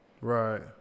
Right